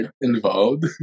involved